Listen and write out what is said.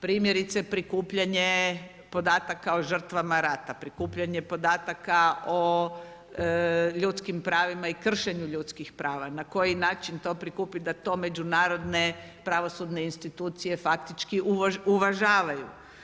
Primjerice prikupljanja podataka o žrtvama rata, prikupljanje podataka o ljudskim pravima i kršenju ljudskih prava, na koji način to prikupiti da to međunarodne pravosudne institucije faktički uvažavaju.